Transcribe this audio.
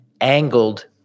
angled